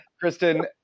Kristen